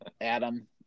Adam